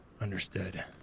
Understood